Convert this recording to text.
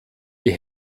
die